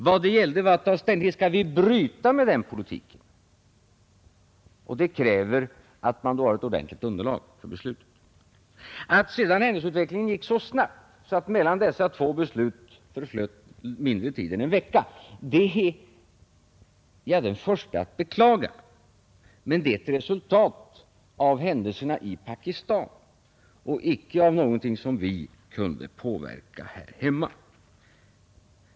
Vad det gällde att ta ställning till var: Skulle vi bryta med den politiken? Det kräver att man har ett ordentligt underlag för beslutet. Att sedan händelseutvecklingen gick så snabbt att mellan dessa två beslut förflöt mindre tid än en vecka är jag den förste att beklaga. Men det är ett resultat av händelserna i Pakistan och icke av någonting som vi kunde påverka här hemma.